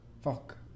Fuck